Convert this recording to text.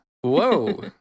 Whoa